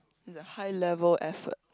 it's a high level effort